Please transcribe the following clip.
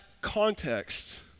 context